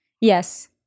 yes